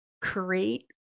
create